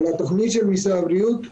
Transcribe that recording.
על התוכנית של משרד הבריאות,